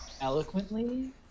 eloquently